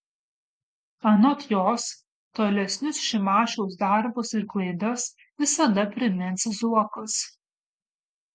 anot jos tolesnius šimašiaus darbus ir klaidas visada primins zuokas